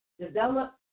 develop